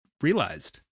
realized